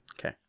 Okay